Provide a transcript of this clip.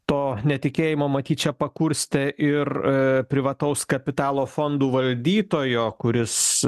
to netikėjimo matyt čia pakurstė ir privataus kapitalo fondų valdytojo kuris